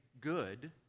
good